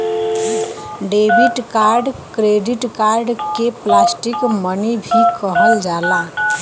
debit card credit card के plastic money भी कहल जाला